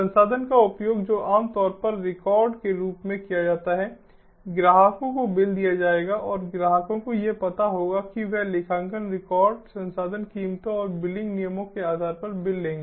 संसाधन का उपयोग जो आम तौर पर रिकॉर्ड के रूप में किया जाता है ग्राहकों को बिल दिया जाएगा और ग्राहकों को यह पता होगा कि वे लेखांकन रिकॉर्ड संसाधन कीमतों और बिलिंग नियमों के आधार पर बिल लेंगे